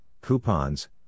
coupons